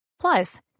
Plus